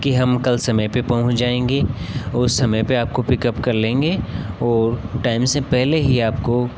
कि हम कल समय पर पहुँच जाएंगे औ समय पर आपको पिकअप कर लेंगे और टाइम से पहले ही आपको